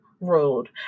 Road